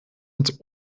ins